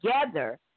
together